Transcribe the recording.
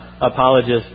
apologist